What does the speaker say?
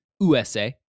USA